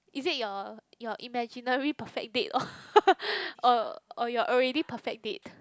is it your your imaginary perfect date or or your already perfect date